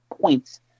points